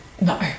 No